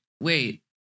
wait